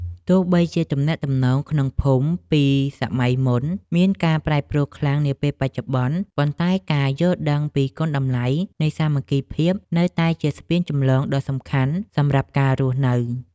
ទោះបីជាទំនាក់ទំនងក្នុងភូមិពីសម័យមុនមានការប្រែប្រួលខ្លាំងនាពេលបច្ចុប្បន្ន ប៉ុន្តែការយល់ដឹងពីគុណតម្លៃនៃសាមគ្គីភាពនៅតែជាស្ពានចម្លងដ៏សំខាន់សម្រាប់ការរស់នៅ។